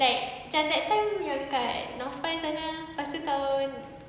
like macam that time yang kat Northpoint sana lepastu kau